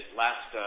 last